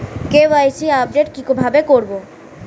KYC update কি ভাবে করবো?